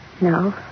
No